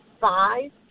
five